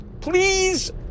Please